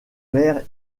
mères